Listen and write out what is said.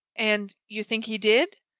and you think he did?